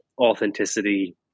authenticity